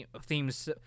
themes